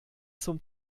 zum